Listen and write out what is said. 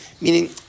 meaning